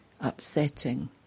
upsetting